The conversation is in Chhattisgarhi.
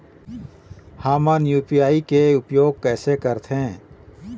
हमन यू.पी.आई के उपयोग कैसे करथें?